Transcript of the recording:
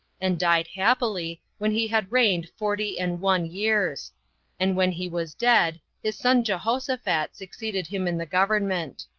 and died happily, when he had reigned forty and one years and when he was dead, his son jehoshaphat succeeded him in the government.